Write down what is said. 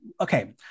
okay